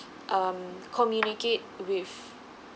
um communicate with